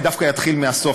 אני דווקא אתחיל מהסוף,